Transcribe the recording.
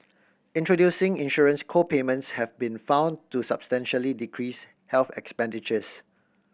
introducing insurance co payments have been found to substantially decrease health expenditures